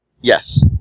Yes